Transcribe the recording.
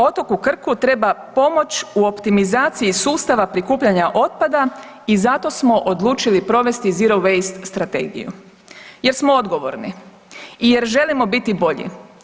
Otoku Krku treba pomoći u optimizaciji sustava prikupljanja otpada i zato smo odlučili provesti Zero waste strategiju jer smo odgovorni i jer želimo biti bolji.